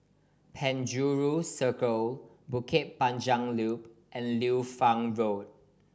Penjuru Circle Bukit Panjang Loop and Liu Fang Road